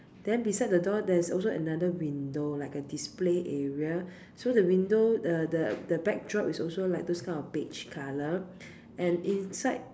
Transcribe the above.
then beside the door there's also another window like a display area so the window uh the the backdrop is also those kind of beige colour and inside